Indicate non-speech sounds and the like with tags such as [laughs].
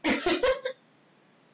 [laughs]